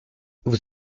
was